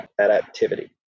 adaptivity